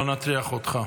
לא נטריח אותך.